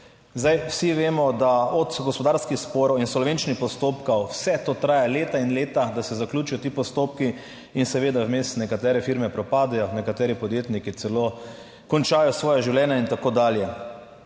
Vsi vemo, da od gospodarskih sporov, insolvenčnih postopkov, vse to traja leta in leta, da se zaključijo ti postopki. In seveda vmes nekatere firme propadejo, nekateri podjetniki celo končajo svoje življenje in tako dalje.